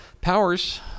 Powers